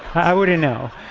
i wouldn't know.